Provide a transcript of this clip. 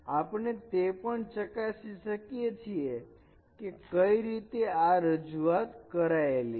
આપણે તે પણ ચકાસી શકીએ છીએ કે કઈ રીતે આ રજૂઆત કરાયેલી છે